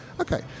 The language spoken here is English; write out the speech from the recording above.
Okay